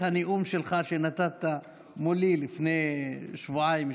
הנאום שלך שנתת מולי לפני שבועיים-שלושה.